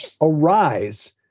arise